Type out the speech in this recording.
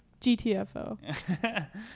GTFO